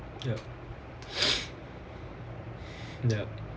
yup yup